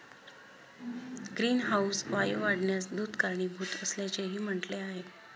greenhouse वायू वाढण्यास दूध कारणीभूत असल्याचेही म्हटले आहे